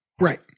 Right